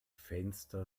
fenster